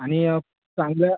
आणि चांगल्या